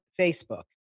Facebook